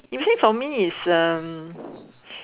usually for me is um